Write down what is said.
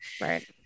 Right